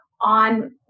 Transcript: on